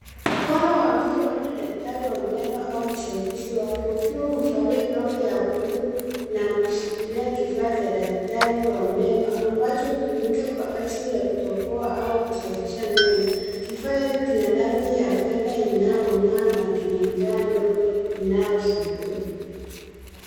Mkono wa mtu labda daktari wa meno au msaidizi wake ukiwa umevalia glovu ya buluu na kushikilia kifaa cha daktari wa meno ambacho hutumika kwa ajili ya kutoboa au kusafisha meno. Kifaa hicho kina rangi ya fedha inayo ng'aa na kina ncha ndogo inayo zunguka.